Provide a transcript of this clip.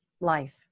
life